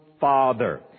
father